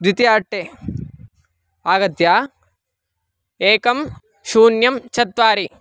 द्वितीय अट्टे आगत्य एकं शून्यं चत्वारि